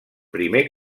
primer